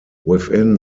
within